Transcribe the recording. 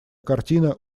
картина